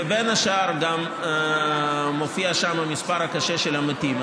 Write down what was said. ובין השאר מופיע שם המספר הקשה של המתים.